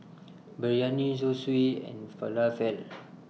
Biryani Zosui and Falafel